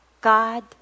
God